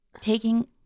taking